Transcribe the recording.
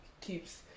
keeps